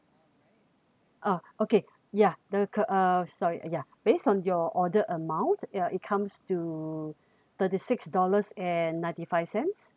oh okay yeah the uh sorry uh ya based on your order amount ya it comes to thirty six dollars and ninety five cents